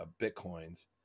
bitcoins